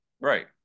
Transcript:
Right